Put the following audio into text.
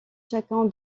chacun